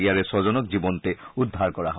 ইয়াৰে ছজনক জীৱন্তে উদ্ধাৰ কৰা হয়